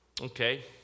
Okay